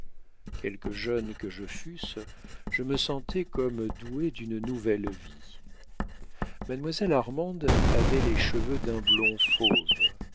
quelque jeune que je fusse je me sentais comme doué d'une nouvelle vie mademoiselle armande avait les cheveux d'un blond fauve